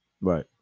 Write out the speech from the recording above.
right